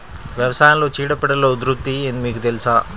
వ్యవసాయంలో చీడపీడల ఉధృతి మీకు తెలుసా?